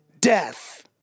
death